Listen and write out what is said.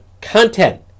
content